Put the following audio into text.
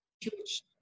huge